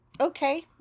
Okay